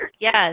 yes